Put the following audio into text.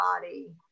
body